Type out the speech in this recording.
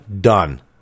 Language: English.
done